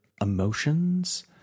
emotions